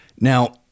now